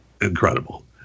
incredible